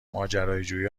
ماجراجویی